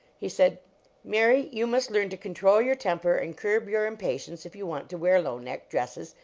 he said mary, you must learn to control your temper and curb your impatience if you want to wear low-neck dresses,